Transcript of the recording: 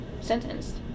sentenced